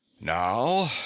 now